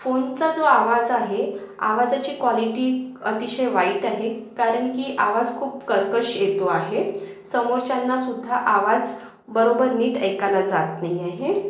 फोनचा जो आवाज आहे आवाजाची क्वॉलिटी अतिशय वाईट आहे कारण की आवाज खूप कर्कश येतो आहे समोरच्यांनासुद्धा आवाज बरोबर नीट ऐकाला जात नाही आहे